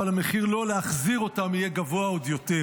אבל המחיר לא להחזיר אותם יהיה גבוה עוד יותר.